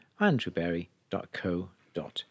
andrewberry.co.uk